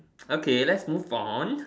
okay let's move on